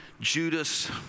Judas